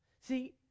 See